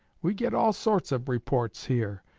we get all sorts of reports here,